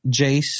Jace